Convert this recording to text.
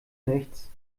nichts